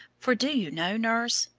for do you know, nurse,